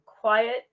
quiet